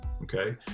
Okay